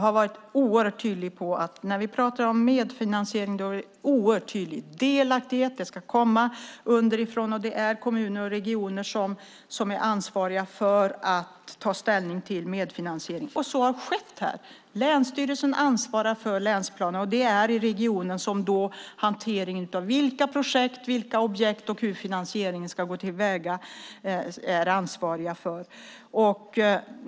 Fru talman! När vi har pratat om medfinansiering har jag varit tydlig med att det förutsätter delaktighet från kommuner och regioner, som har att ta ställning till medfinansieringsfrågan. Så har skett. Länsstyrelsen ansvarar för länsplanen. Det är regionen som är ansvarig för vilka projekt och objekt det ska vara och hur finansieringen ska gå till.